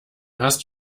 hast